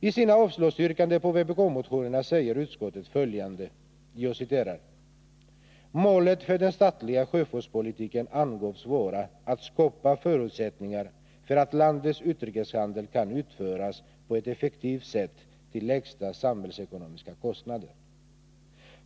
I sina avstyrkanden av vpk-motionerna säger utskottet följande: ”Målet för den statliga sjöfartspolitiken angavs vara att skapa förutsättningar för att landets utrikeshandel kan utföras på ett effektivt sätt till lägsta samhällsekonomiska kostnader.